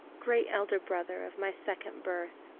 great elder brother of my second birth,